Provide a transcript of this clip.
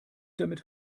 damit